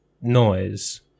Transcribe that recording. noise